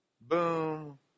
boom